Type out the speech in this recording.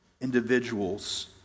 individuals